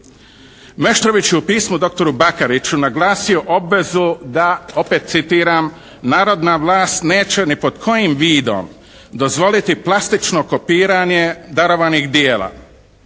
Meštrović je u pismu doktoru Bakariću naglasio obvezu da, opet citiram, "narodna vlast neće ni pod kojim vidom dozvoliti plastično kopiranje darovanih dijela"